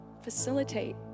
facilitate